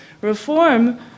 reform